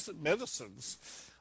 medicines